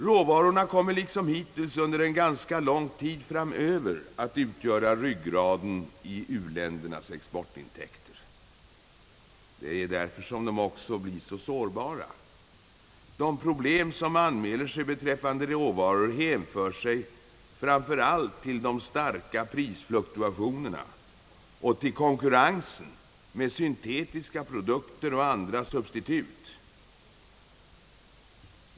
Råvarorna kommer liksom hittills under en ganska lång tid framöver att utgöra ryggraden i u-ländernas exportintäkter. Det är därför som de också blir så sårbara. De problem som anmäler sig beträffande råvarorna hänför sig framför allt till de starka prisfluktuationerna och till konkurrensen med syntetiska produkter och andra substitut.